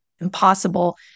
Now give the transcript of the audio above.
impossible